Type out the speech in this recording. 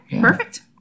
perfect